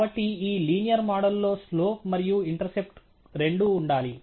కాబట్టి ఈ లీనియర్ మోడల్లో స్లోప్ మరియు ఇంటర్సెప్ట్ రెండూ ఉండాలి